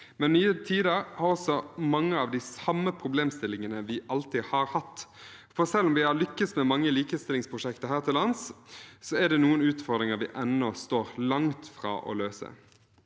har nye tider også mange av de samme problemstillingene vi alltid har hatt, for selv om vi har lykkes med mange likestillingsprosjekter her til lands, er det noen utfordringer vi ennå står langt fra å løse.